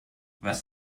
was